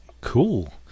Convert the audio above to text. Cool